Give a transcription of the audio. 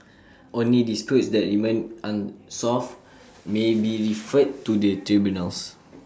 only disputes that remain unsolved may be referred to the tribunals